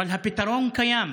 אבל הפתרון קיים,